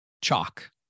chalk